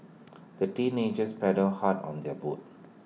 the teenagers paddled hard on their boat